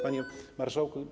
Panie Marszałku!